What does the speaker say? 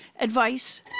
advice